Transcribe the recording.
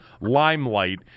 limelight